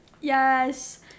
Yes